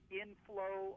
inflow